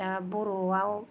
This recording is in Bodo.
दा बर'वाव